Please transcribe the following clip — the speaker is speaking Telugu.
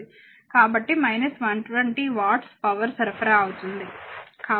కాబట్టి 120 వాట్ల పవర్ సరఫరా అవుతుంది